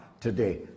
today